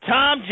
Tom